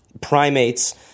primates